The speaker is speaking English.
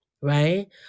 Right